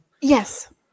Yes